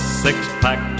six-pack